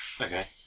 Okay